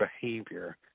behavior